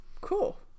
cool